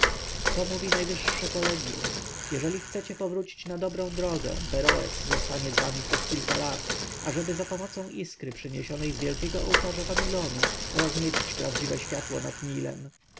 to mówi najwyższe kolegjum jeżeli chcecie powrócić na dobrą drogę beroes zostanie z wami przez kilka lat ażeby zapomocą iskry przyniesionej z wielkiego ołtarza babilonu rozniecić prawdziwe światło nad nilem